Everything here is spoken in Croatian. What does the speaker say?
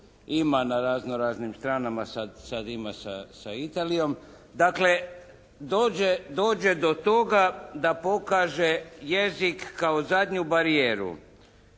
ima na razno raznim stranama, sad ima sa Italijom. Dakle dođe do toga da pokaže jezik kao zadnju barijeru.